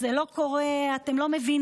"זה לא קורה", "אתם לא מבינים".